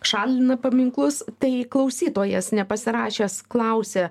šalina paminklus tai klausytojas nepasirašęs klausia